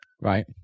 Right